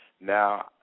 Now